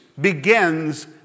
begins